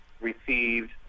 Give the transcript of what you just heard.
received